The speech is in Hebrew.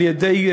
על-ידי,